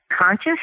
Conscious